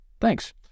Thanks